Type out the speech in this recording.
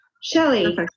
Shelly